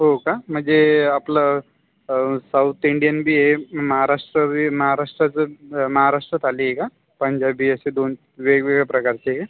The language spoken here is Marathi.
हो का म्हणजे आपलं साऊथ इंडियनबी आहे महाराष्ट्रबी महाराष्ट्राचं महाराष्ट्र थाळी आहे का पंजाबी असे दोन वेगवेगळ्या प्रकारचे हे